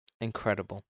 Incredible